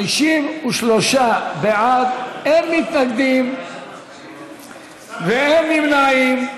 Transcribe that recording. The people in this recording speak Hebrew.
53 בעד, אין מתנגדים ואין נמנעים.